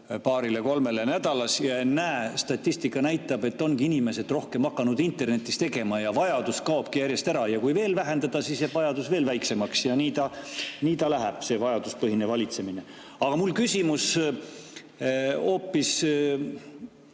paarile-kolmele nädalas, ja ennäe, statistika näitab, et ongi inimesed rohkem hakanud internetis tegema ja vajadus kaobki järjest ära. Kui veel vähendada, siis jääb vajadus veel väiksemaks ja nii ta läheb, see vajaduspõhine valitsemine. Aga mul on küsimus hoopis